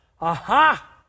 Aha